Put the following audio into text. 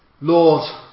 Lord